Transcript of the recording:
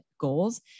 goals